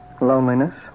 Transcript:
Loneliness